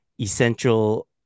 essential